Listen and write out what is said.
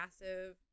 massive